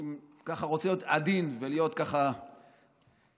אני רוצה להיות עדין, להיות סנגור.